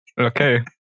okay